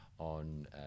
On